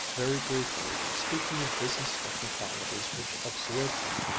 very briefly, speaking of business technicalities which absorbed him,